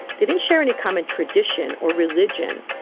they didn't share any common tradition or religion.